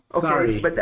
Sorry